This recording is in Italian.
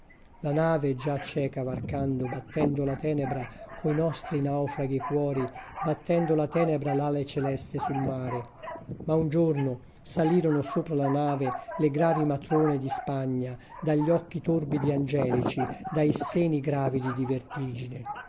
la nave già cieca varcando battendo la tenebra coi nostri naufraghi cuori battendo la tenebra l'ale celeste sul mare ma un giorno salirono sopra la nave le gravi matrone di spagna da gli occhi torbidi e angelici dai seni gravidi di vertigine